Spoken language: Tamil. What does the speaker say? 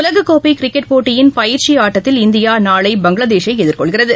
உலகக்கோப்பை கிரிக்கெட் போட்டியின் பயிற்சி ஆட்டத்தில் இந்தியா நாளை பங்களாதேஷை எதிர்கொள்கிறது